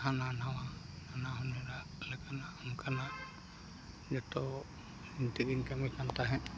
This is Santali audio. ᱦᱟᱱᱟ ᱱᱟᱣᱟ ᱱᱟᱱᱟ ᱦᱩᱱᱟᱹᱨᱟᱜ ᱞᱮᱠᱟᱱᱟᱜ ᱚᱱᱠᱟᱱᱟᱜ ᱡᱚᱛᱚ ᱤᱧᱛᱮᱜᱮᱧ ᱠᱟᱹᱢᱤ ᱠᱟᱱ ᱛᱟᱦᱮᱫ